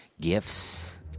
Gifts